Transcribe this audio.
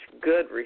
good